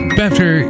better